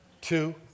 two